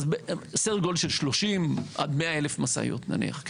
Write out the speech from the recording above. אז סדר גודל של 30,000 עד 100,000 משאיות נניח.